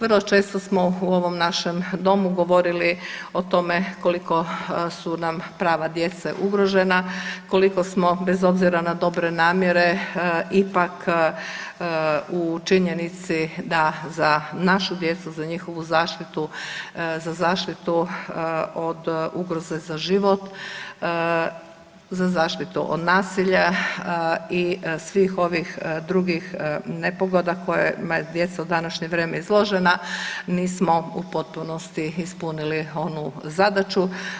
Vrlo često smo u ovom našem domu govorili o tome koliko su nam prava djece ugrožena, koliko smo bez obzira na dobre namjere ipak u činjenici da za našu djecu za njihovu zaštitu, za zaštitu od ugroze za život, za zaštitu od nasilja i svih ovih drugih nepogoda kojima su djeca u današnje vrijeme izložena nisu u potpunosti ispunili onu zadaću.